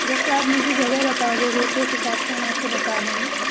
जैसे आप मुझे जगह बता दोगे तो उस हिसाब से हम आपको बता देंगे